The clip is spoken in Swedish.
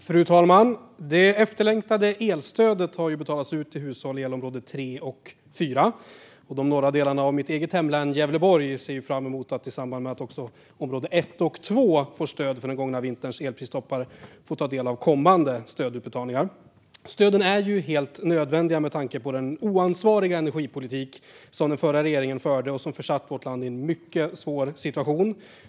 Fru talman! Det efterlängtade elstödet har betalats ut till hushåll i elområde 3 och 4. De norra delarna av mitt eget hemlän Gävleborg ser fram emot att få ta del av kommande stödutbetalningar i samband med att också elområde 1 och 2 får stöd för den gångna vinterns elpristoppar. Stöden är helt nödvändiga med tanke på den oansvariga energipolitik som den förra regeringen förde och som har försatt vårt land i en mycket svår situation.